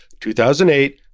2008-